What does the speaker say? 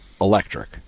electric